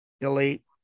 Delete